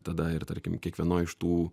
tada ir tarkim kiekvienoj iš tų